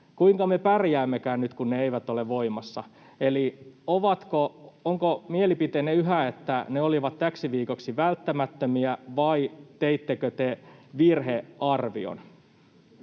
Kuinka me pärjäämmekään nyt, kun ne eivät ole voimassa? Eli onko mielipiteenne yhä, että ne olivat täksi viikoksi välttämättömiä, vai teittekö te virhearvion?